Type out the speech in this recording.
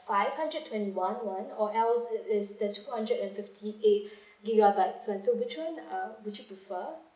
five hundred twenty-one [one] or else it is the two hundred and fifty-eight gigabytes so and so which [one] uh would you prefer